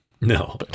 no